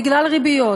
בגלל ריביות,